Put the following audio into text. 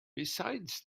besides